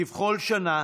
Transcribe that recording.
כבכל שנה